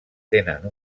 tenen